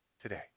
today